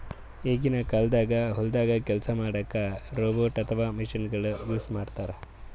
ಈಗಿನ ಕಾಲ್ದಾಗ ಹೊಲ್ದಾಗ ಕೆಲ್ಸ್ ಮಾಡಕ್ಕ್ ರೋಬೋಟ್ ಅಥವಾ ಮಷಿನಗೊಳು ಯೂಸ್ ಮಾಡ್ತಾರ್